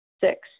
Six